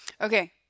Okay